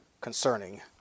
concerning